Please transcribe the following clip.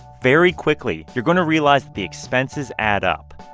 very quickly, you're going to realize the expenses add up,